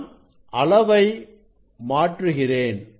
நான் அளவை மாற்றுகிறேன்